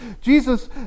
Jesus